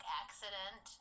accident